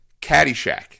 Caddyshack